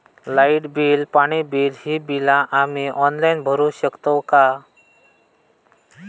Light bill, पाणी bill, ही बिला आम्ही ऑनलाइन भरू शकतय का?